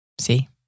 See